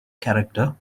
character